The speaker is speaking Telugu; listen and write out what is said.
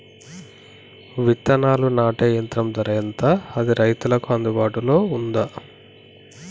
విత్తనాలు నాటే యంత్రం ధర ఎంత అది రైతులకు అందుబాటులో ఉందా?